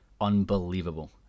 unbelievable